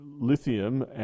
lithium